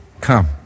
come